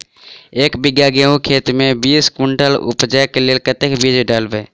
एक बीघा गेंहूँ खेती मे बीस कुनटल उपजाबै केँ लेल कतेक बीज डालबै?